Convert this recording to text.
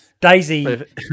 Daisy